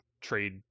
trade